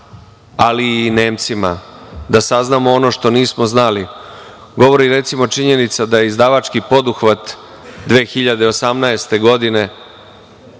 ali i Nemcima, da saznamo ono što nismo znali govori recimo činjenica da je Izdavački poduhvat 2018. godine